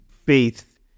faith